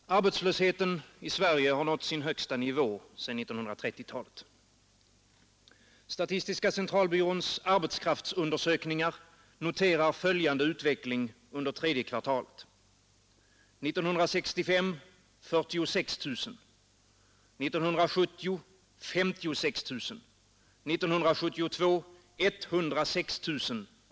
Herr talman! Arbetslösheten i Sverige har nått sin högsta nivå sedan 1930-talet. Statistiska centralbyråns arbetskraftsundersökningar noterar följande utveckling under tredje kvartalet: 1965 var antalet arbetslösa 46 000, 1970 var antalet arbetslösa 56 000 och 1972 var det 106 000.